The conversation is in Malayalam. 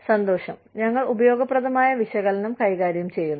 സന്തോഷം ഞങ്ങൾ ഉപയോഗപ്രദമായ വിശകലനം കൈകാര്യം ചെയ്യുന്നു